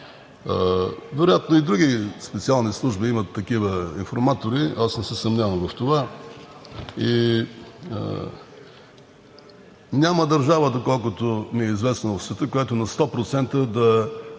Вероятно и други специални служби имат такива информатори, аз не се съмнявам в това. Няма държава, доколкото ми е известно, която на 100% да